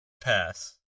Pass